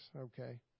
Okay